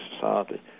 society